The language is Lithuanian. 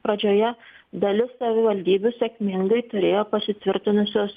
pradžioje dalis savivaldybių sėkmingai turėjo pasitvirtinusios